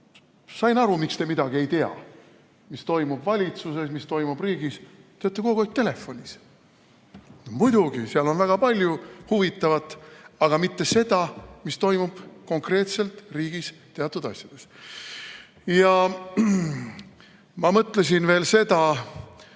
sain aru, miks te midagi ei tea, mis toimub valitsuses, mis toimub riigis. Te olete kogu aeg telefonis. Muidugi, seal on väga palju huvitavat, aga mitte seda, mis toimub konkreetselt riigis teatud asjades. Ja ma mõtlesin veel seda,